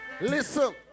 Listen